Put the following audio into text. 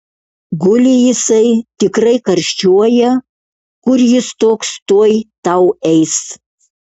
guli jisai tikrai karščiuoja kur jis toks tuoj tau eis